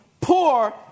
poor